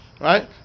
right